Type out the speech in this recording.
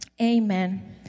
Amen